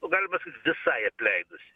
galima visai apleidusi